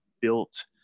built